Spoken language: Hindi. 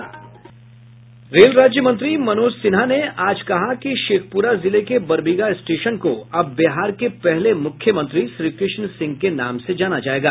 रेल राज्य मंत्री मनोज सिन्हा ने आज कहा कि शेखपुरा जिले के बरबीघा स्टेशन को अब बिहार के पहले मुख्यमंत्री श्रीकृष्ण सिंह के नाम से जाना जायेगा